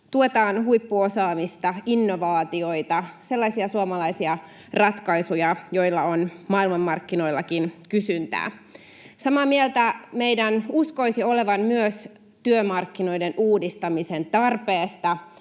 Tuetaan huippuosaamista, innovaatioita, sellaisia suomalaisia ratkaisuja, joilla on maailmanmarkkinoillakin kysyntää. Samaa mieltä meidän uskoisi olevan myös työmarkkinoiden uudistamisen tarpeesta